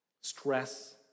stress